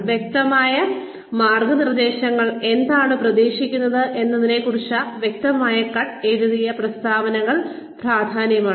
വ്യക്തമായ മാർഗ്ഗനിർദ്ദേശങ്ങൾ എന്താണ് പ്രതീക്ഷിക്കുന്നത് എന്നതിനെക്കുറിച്ചുള്ള വ്യക്തമായ കട്ട് എഴുതിയ പ്രസ്താവനകൾ പ്രധാനമാണ്